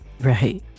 right